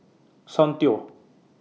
Soundteoh